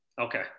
Okay